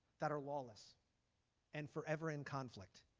that are lawless and forever in conflict.